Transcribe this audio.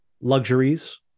luxuries